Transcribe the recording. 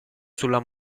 sulla